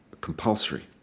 compulsory